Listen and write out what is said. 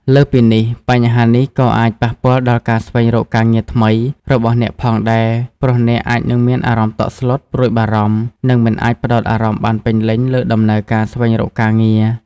លើសពីនេះ បញ្ហានេះក៏អាច ប៉ះពាល់ដល់ការស្វែងរកការងារថ្មី របស់អ្នកផងដែរ ព្រោះអ្នកអាចនឹងមានអារម្មណ៍តក់ស្លុត ព្រួយបារម្ភ និងមិនអាចផ្ដោតអារម្មណ៍បានពេញលេញលើដំណើរការស្វែងរកការងារ។